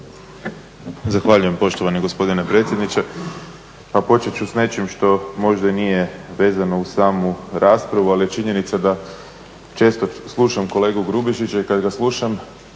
Zahvaljujem poštovani gospodine predsjedniče. Pa počet su s nečim što možda i nije vezano uz samu raspravu ali je činjenica da često slušam kolegu Grubišića i kad ga slušam